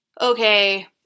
okay